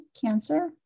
cancer